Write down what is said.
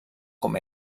com